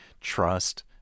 trust